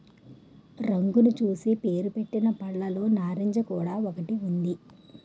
రంగును చూసి పేరుపెట్టిన పళ్ళులో నారింజ కూడా ఒకటి ఉంది